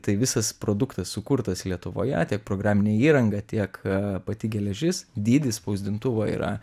tai visas produktas sukurtas lietuvoje tiek programinė įranga tiek pati geležis dydis spausdintuvo yra